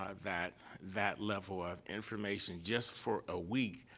um that that level of information, just for a week,